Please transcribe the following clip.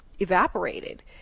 evaporated